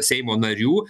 seimo narių